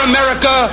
America